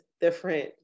different